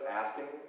asking